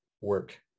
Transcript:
work